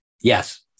Yes